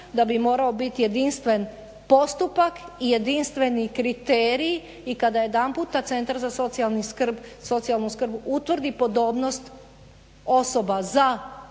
da bi morao biti jedinstven postupak i jedinstveni kriterij. I kada jedanput centar za socijalnu skrb utvrdi podobnost osoba za